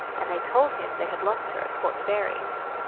and they told him they had lost her at port fairy.